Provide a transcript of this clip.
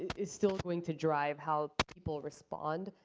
is still going to drive how people respond.